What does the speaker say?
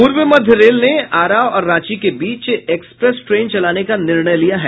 पूर्व मध्य रेल ने आरा और रांची के बीच एक्सप्रेस ट्रेन चलाने का निर्णय लिया है